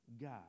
God